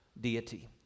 deity